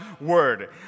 word